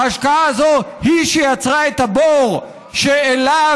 ההשקעה הזאת היא שיצרה את הבור שאליו